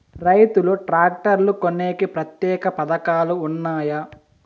రైతులు ట్రాక్టర్లు కొనేకి ప్రత్యేక పథకాలు ఉన్నాయా?